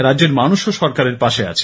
রাজ্যের মানুষও সরকারের পাশে আছে